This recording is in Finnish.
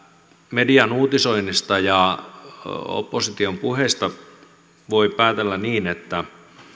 median uutisoinnista ja opposition puheista voi päätellä niin että